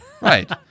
Right